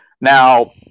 Now